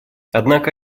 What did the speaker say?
однако